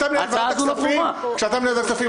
יעמיד היושב-ראש להצבעה את הסעיף כהצעת הוועדה,